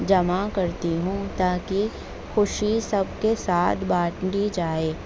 جمع کرتی ہوں تاکہ خوشی سب کے ساتھ بانٹی جائے